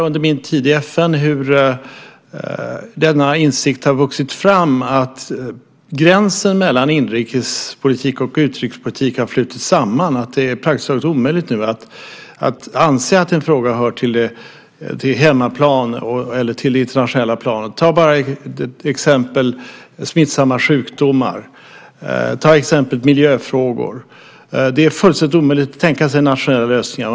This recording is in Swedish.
Under min tid i FN har jag känt hur insikten att gränsen mellan inrikespolitik och utrikespolitik har flutit samman har vuxit fram. Det är praktiskt taget omöjligt nu att anse att en fråga hör till hemmaplan eller till det internationella planet. Vi kan ta smittsamma sjukdomar eller miljöfrågor som exempel. Det är fullständigt omöjligt att tänka sig nationella lösningar.